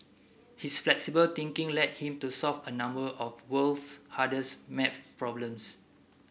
his flexible thinking led him to solve a number of world's hardest maths problems